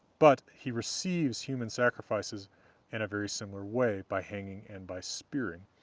but he receives human sacrifices in a very similar way by hanging and by spearing,